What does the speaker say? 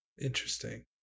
interesting